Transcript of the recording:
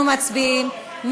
אנחנו מצביעים.